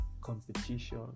competition